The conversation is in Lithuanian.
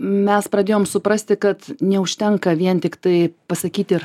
mes pradėjom suprasti kad neužtenka vien tiktai pasakyt ir